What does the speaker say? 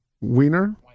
Wiener